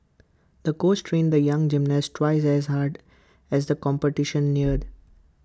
the coach trained the young gymnast twice as hard as the competition neared